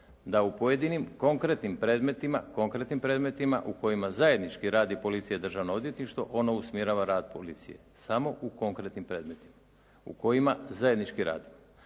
predmetima, konkretnim predmetima u kojima zajednički radi policija i Državno odvjetništvo ono usmjerava rad policije, samo u konkretnim predmetima u kojima zajednički radi.